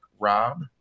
Rob